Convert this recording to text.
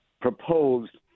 proposed